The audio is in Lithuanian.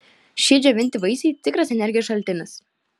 šie džiovinti vaisiai tikras energijos šaltinis